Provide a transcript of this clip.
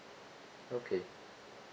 okay